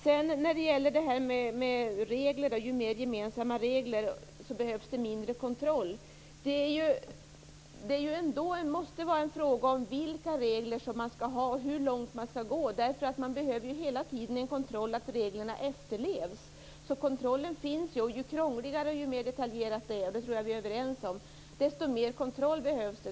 Inge Carlsson säger att med mer gemensamma regler behövs det mindre kontroll. Det måste ändå vara en fråga om vilka regler man skall ha och hur långt man skall gå. Man behöver ju hela tiden en kontroll av att reglerna efterlevs. Kontrollen finns ju, och ju krångligare och mer detaljerat det är - det tror jag att vi är överens om - desto mer kontroll behövs det.